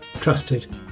trusted